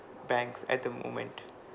banks at the moment